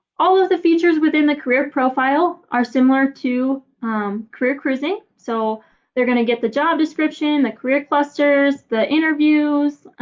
all of the features within the career profile are similar to career cruising, so they're going to get the job description, the career clusters, the interviews,